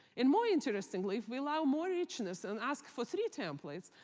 and more interestingly, if we allow more richness and ask for three templates,